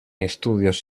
estudios